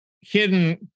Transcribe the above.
hidden